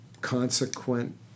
consequent